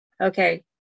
okay